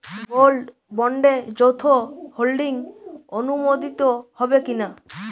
Gold বন্ডে যৌথ holding অনুমোদিত হবে কিনা?